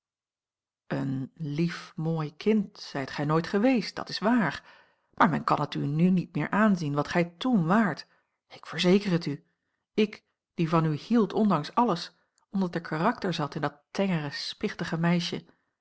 een lief mooi kind zijt gij nooit geweest dat is waar maar men kan het u nu niet meer aanzien wat gij toen waart ik verzeker het u ik die van u hield ondanks alles omdat er karakter zat in dat tengere spichtige meisje